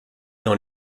dans